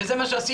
וזה מה שעשינו,